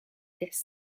tests